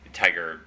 tiger